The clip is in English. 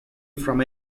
from